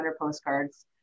postcards